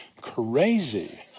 crazy